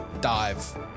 dive